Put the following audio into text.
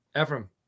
Ephraim